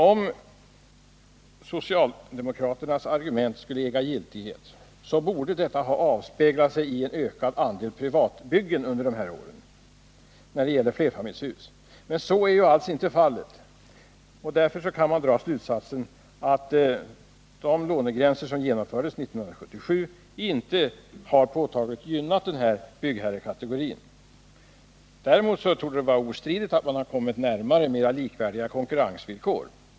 Om socialdemokraternas argument skulle äga giltighet borde detta ha avspeglat sig i en ökad andel privatbyggda flerfamiljshus under dessa år. Så är alls inte fallet, och därför kan man dra slutsatsen att de lånegränser som genomfördes 1977 inte påtagligt har gynnat denna byggherrekategori. Däremot torde det vara ostridigt att man har uppnått mera likvärdiga konkurrensvillkor.